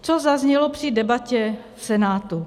Co zaznělo při debatě v Senátu?